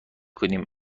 کنیم